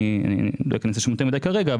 אני לא אכנס לזה יותר מידי כרגע,